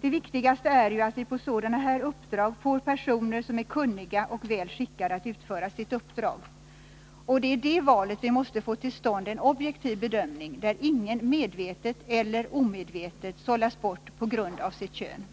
Det viktigaste är ju att vi på sådana här uppdrag får personer som är kunniga och väl skickade att utföra sitt uppdrag. Och det är i det valet vi måste få till stånd en objektiv bedömning, där ingen medvetet eller omedvetet sållas bort på grund av sitt kön.